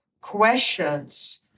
questions